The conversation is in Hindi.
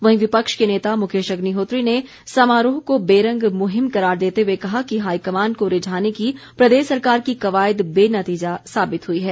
वहीं विपक्ष के नेता मुकेश अग्निहोत्री ने समारोह को बेरंग मुहिम करार देते हुए कहा कि हाईकमान को रिझाने की प्रदेश सरकार की कवायद बेनतीजा साबित हुई है